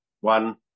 one